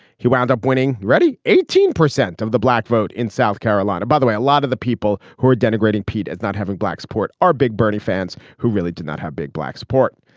he wound up winning ready eighteen percent of the black vote in south carolina by the way a lot of the people who are denigrating pete as not having black support are big bernie fans who really do not have big black support.